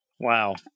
Wow